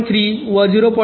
3 व 0